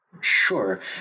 Sure